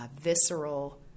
visceral